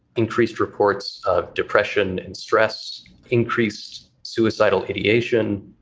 increased reports of depression and stress, increased suicidal ideation.